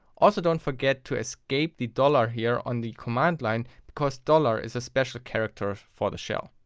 also don't forget to escape the dollar here on the commandline, because dollar is a special charachter for the shell.